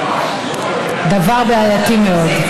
דבר בעייתי מאוד.